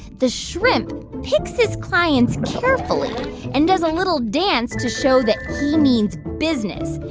the shrimp picks his clients carefully and does a little dance to show that means business.